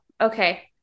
Okay